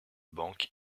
banque